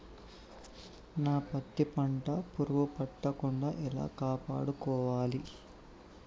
నా పత్తి పంట పురుగు పట్టకుండా ఎలా కాపాడుకోవాలి?